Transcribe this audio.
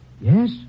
Yes